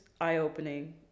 eye-opening